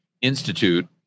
institute